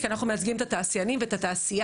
כי אנחנו מייצגים את התעשיינים ואת התעשייה,